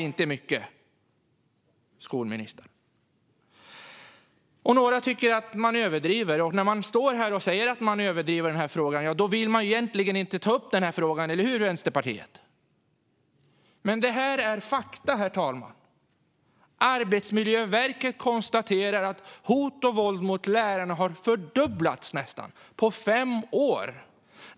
Inte mycket, skolministern. Några tycker att vi överdriver. När man står här och säger att vi överdriver i denna fråga vill man egentligen inte ta upp den, eller hur, Vänsterpartiet? Men detta är fakta, herr talman. Arbetsmiljöverket konstaterar att hot och våld mot lärare nästan har fördubblats på fem år.